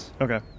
Okay